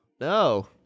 No